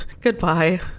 Goodbye